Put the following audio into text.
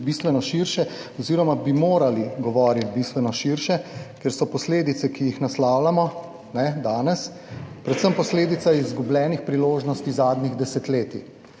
bistveno širše oziroma bi morali govoriti bistveno širše, ker so posledice, ki jih naslavljamo danes predvsem posledica izgubljenih priložnosti zadnjih desetletij.